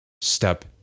step